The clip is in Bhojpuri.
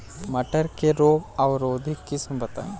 मटर के रोग अवरोधी किस्म बताई?